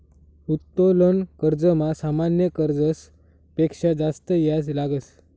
उत्तोलन कर्जमा सामान्य कर्जस पेक्शा जास्त याज लागस